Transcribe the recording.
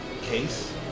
case